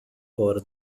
for